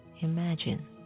imagine